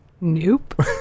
Nope